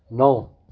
नौ